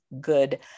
good